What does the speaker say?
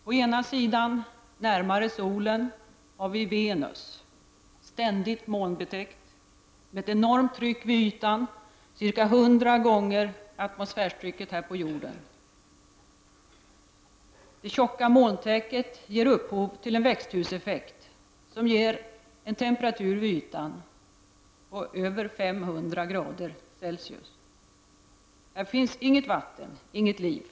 På ena sidan, närmare solen, har vi Venus, ständigt molnbetäckt med ett enormt tryck vid ytan, ca 100 gånger atmosfärstrycket här på jorden. Det tjocka molntäcket ger upphov till en växthuseffekt, som ger en temperatur vid ytan av nära 500”C. Här finns inget vatten, inget liv.